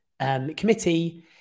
committee